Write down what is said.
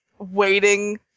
Waiting